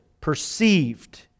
perceived